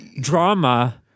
drama